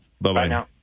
Bye-bye